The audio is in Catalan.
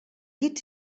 llit